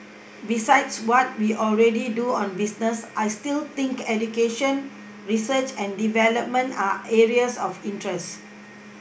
besides what we already do on business I still think education research and development are areas of interest